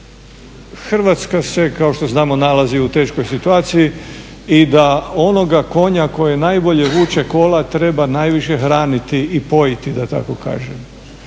Hrvatska se kao što znamo nalazi u teškoj situaciji i da onoga konja koji najbolje vuče kola treba najviše hraniti i pojiti da tako kažem.